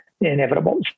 inevitable